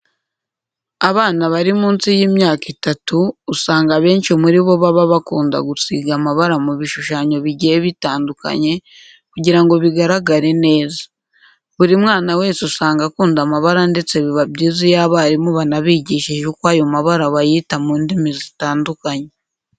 Abana bari munsi y'imyaka itatu usanga abenshi muri bo baba bakunda gusiga amabara mu bishushanyo bigiye bitandukanye kugira ngo bigaragare neza. Buri mwana wese usanga akunda amabara ndetse biba byiza iyo abarimu banabigishije uko ayo mabara bayita mu ndimi zitandukanye.